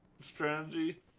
strategy